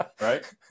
Right